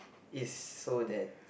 is so that